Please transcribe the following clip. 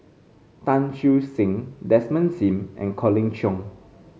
Tan Siew Sin Desmond Sim and Colin Cheong